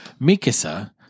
Mikasa